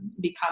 become